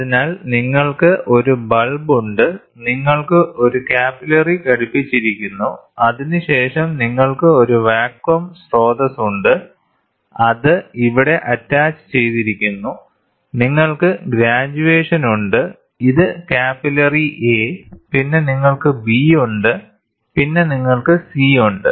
അതിനാൽ നിങ്ങൾക്ക് ഒരു ബൾബ് ഉണ്ട് നിങ്ങൾക്ക് ഒരു കാപ്പിലറി ഘടിപ്പിച്ചിരിക്കുന്നു അതിനുശേഷം നിങ്ങൾക്ക് ഒരു വാക്വം സ്രോതസ്സ് ഉണ്ട് അത് ഇവിടെ അറ്റാച്ചുചെയ്തിരിക്കുന്നു നിങ്ങൾക്ക് ഗ്രേജ്യുവേഷൻ ഉണ്ട് ഇത് ക്യാപില്ലറി A പിന്നെ നിങ്ങൾക്ക് B ഉണ്ട് പിന്നെ നിങ്ങൾക്ക് C ഉണ്ട്